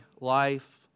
life